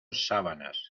sábanas